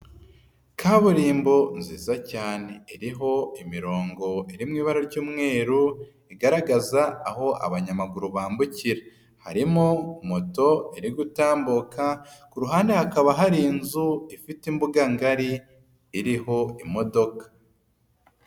Kaburimbo nziza cyane iriho imirongo iri mu ibara ry'umweru igaragaza aho abanyamaguru bambukira, harimo moto iri gutambuka ku ruhande hakaba hari inzu ifite imbuga ngari iriho imodoka.